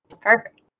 Perfect